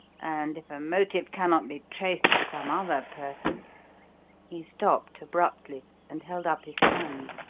and if a motive cannot be traced to some other person he stopped abruptly and held up his hand.